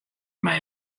mei